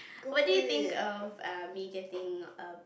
what do you think of um me getting a